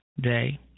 Day